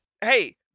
Hey